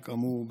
שכאמור,